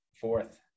Fourth